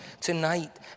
tonight